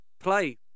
play